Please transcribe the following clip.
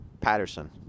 patterson